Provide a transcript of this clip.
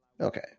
Okay